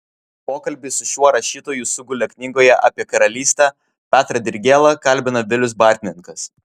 pokalbiai su šiuo rašytoju sugulė knygoje apie karalystę petrą dirgėlą kalbina vilius bartninkas